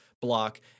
block